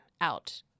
Out